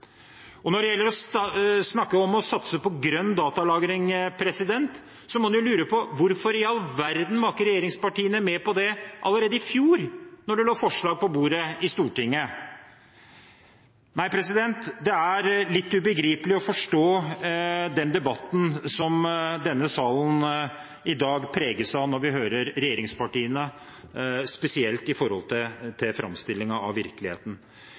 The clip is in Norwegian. Og når det gjelder å snakke om å satse på grønn datalagring, må man jo lure på hvorfor i all verden regjeringspartiene ikke var med på det allerede i fjor, da det lå forslag på bordet i Stortinget. Nei, det er litt vanskelig å begripe og forstå den debatten som denne salen i dag preges av når vi hører regjeringspartiene, spesielt når det gjelder framstillingen av virkeligheten.